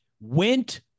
Went